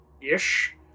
ish